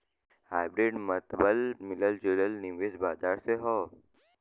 hybrid मतबल मिलल जुलल निवेश बाजार से हौ